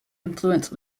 influence